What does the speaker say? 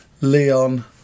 Leon